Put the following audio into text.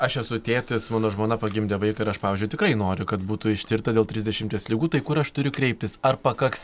aš esu tėtis mano žmona pagimdė vaiką ir aš pavyzdžiui tikrai noriu kad būtų ištirta dėl trisdešimties ligų tai kur aš turiu kreiptis ar pakaks